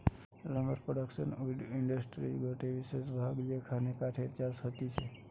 lumber production wood ইন্ডাস্ট্রির গটে বিশেষ ভাগ যেখানে কাঠের চাষ হতিছে